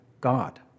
God